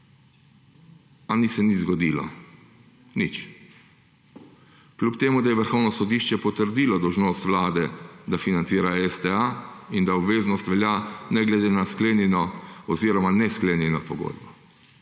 a ni se nič zgodilo. Nič. Kljub temu, da je vrhovno sodišče potrdilo dolžnost vlade, da financira STA in da obveznost velja ne glede na sklenjeno oziroma nesklenjeno pogodbo.